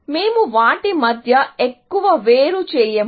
మేము వాటి మధ్య ఎక్కువ వేరు చేయము